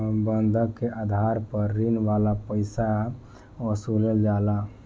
बंधक के आधार पर ऋण वाला पईसा के वसूलल जाला